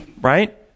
Right